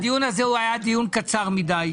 הדיון הזה הוא היה דיון קצר מידי.